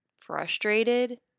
frustrated